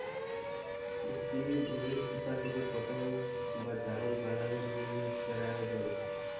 ইসপিলিং ওহিল সুতা থ্যাকে কটল বা যারল বালালোর জ্যনহে পেরায়জল